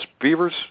Beavers